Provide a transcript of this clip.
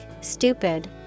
stupid